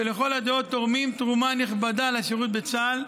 שלכל הדעות תורמים תרומה נכבדה לשירות בצה"ל,